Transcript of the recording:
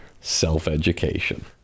self-education